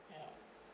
ya